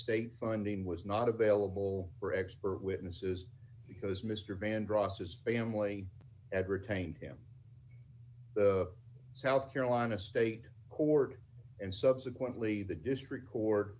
state funding was not available for expert witnesses because mr vandross his family at retained him the south carolina state court and subsequently the district court